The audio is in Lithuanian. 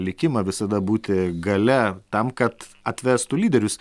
likimą visada būti gale tam kad atvestų lyderius